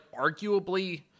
arguably